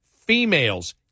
females